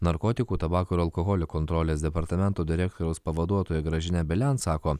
narkotikų tabako ir alkoholio kontrolės departamento direktoriaus pavaduotoja gražina belen sako